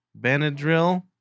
Benadryl